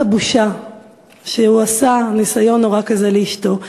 הבושה שהוא עשה ניסיון נורא כזה לאשתו.